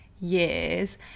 years